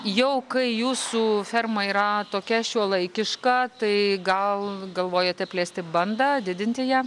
jau kai jūsų ferma yra tokia šiuolaikiška tai gal galvojate plėsti bandą didinti ją